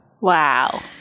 Wow